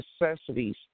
necessities